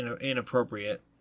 inappropriate